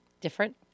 Different